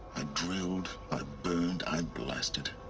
ah drilled i burned i blasted.